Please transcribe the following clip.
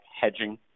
hedging